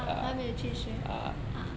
ah 还没有去学 ah